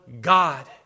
God